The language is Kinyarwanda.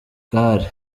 igare